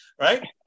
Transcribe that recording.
Right